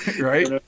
Right